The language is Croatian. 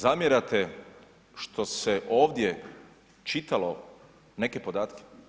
Zamjerate što se ovdje čitalo neke podatke.